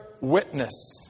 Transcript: witness